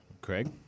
Craig